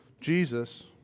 Jesus